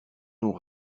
nous